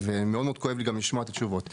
ומאוד מאוד כואב לי גם לשמוע את התשובות.